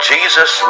Jesus